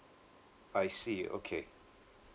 I see okay